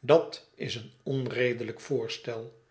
dat is een onredelijk voorstel